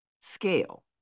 Scale